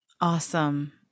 Awesome